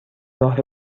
راه